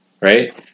right